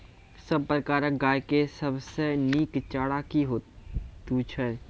सब प्रकारक गाय के सबसे नीक चारा की हेतु छै?